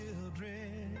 children